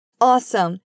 Awesome